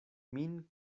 min